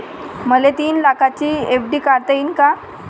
मले तीन लाखाची एफ.डी काढता येईन का?